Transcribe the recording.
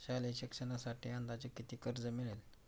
शालेय शिक्षणासाठी अंदाजे किती कर्ज मिळेल?